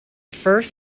first